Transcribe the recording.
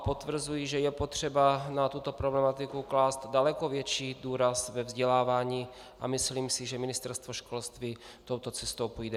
Potvrzuji, že je potřeba na tuto problematiku klást daleko větší důraz ve vzdělávání, a myslím si, že Ministerstvo školství touto cestou půjde.